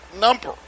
number